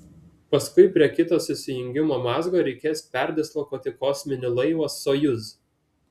paskui prie kito susijungimo mazgo reikės perdislokuoti kosminį laivą sojuz